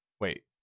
Wait